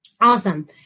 Awesome